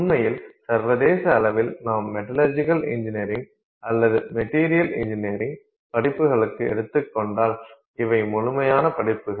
உண்மையில் சர்வதேச அளவில் நாம் மெட்டல்ஜிகல் இன்ஜினியரிங் அல்லது மெட்டீரியல் இன்ஜினியரிங் படிப்புகளுக்கு எடுத்துக்கொண்டால் இவை முழுமையான படிப்புகள்